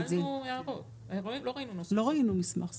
לא ראינו מסמך סופי.